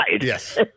Yes